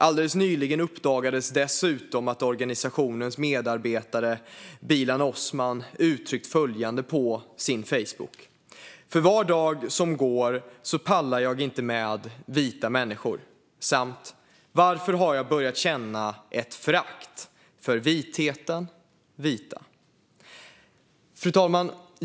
Alldeles nyligen uppdagades dessutom att organisationens medarbetare Bilan Osman uttryckt följande på Facebook: "För var dag som går så pallar jag inte med vita människor" samt "Varför har jag börjat känna ett förakt för vitheten, vita". Fru talman!